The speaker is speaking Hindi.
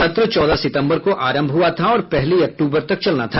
सत्र चौदह सितंबर को आरंभ हुआ था और पहली अक्टूबर तक चलना था